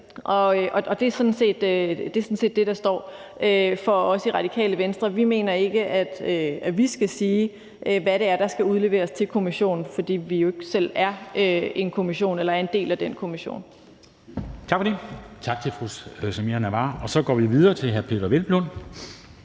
og det er sådan set det, der står som det vigtige for os i Radikale Venstre. Vi mener ikke, at vi skal sige, hvad det er, der skal udleveres til kommissionen, fordi vi jo ikke selv er en kommission eller er en del af den kommission.